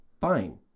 Fine